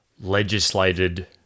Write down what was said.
legislated